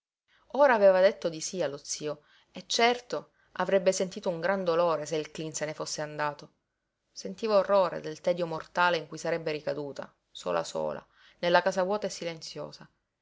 ora aveva detto di sí allo zio e certo avrebbe sentito un gran dolore se il cleen se ne fosse andato sentiva orrore del tedio mortale in cui sarebbe ricaduta sola sola nella casa vuota e silenziosa